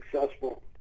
successful